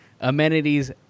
Amenities